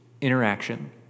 interaction